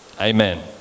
Amen